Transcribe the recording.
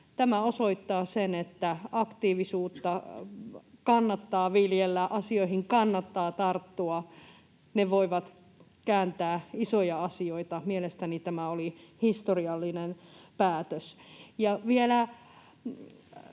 Tämä osoittaa sen, että aktiivisuutta kannattaa viljellä, asioihin kannattaa tarttua. Ne voivat kääntää isoja asioita. Mielestäni tämä oli historiallinen päätös. Ja vielä